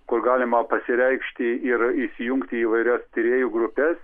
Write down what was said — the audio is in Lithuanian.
kur galima pasireikšti ir įsijungti į įvairias tyrėjų grupes